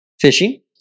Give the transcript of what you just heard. Fishing